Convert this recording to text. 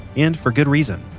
and for good reason,